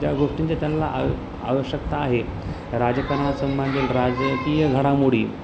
ज्या गोष्टींच्या त्यांना आव आवश्यकता आहे राजकारणासंबंधित राजकीय घडामोडी